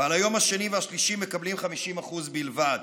ועל היום השני והשלישי מקבלים 50% בלבד.